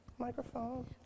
Microphone